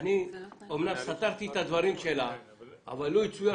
אני אמנם סתרתי את הדברים שלה אבל לו יצויר